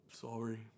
sorry